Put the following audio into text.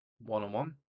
One-on-one